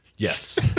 Yes